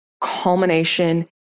culmination